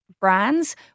brands